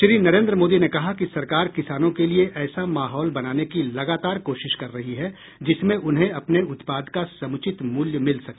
श्री नरेन्द्र मोदी ने कहा कि सरकार किसानों के लिए ऐसा माहौल बनाने की लगातार कोशिश कर रही है जिसमें उन्हें अपने उत्पाद का समुचित मूल्य मिल सके